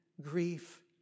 grief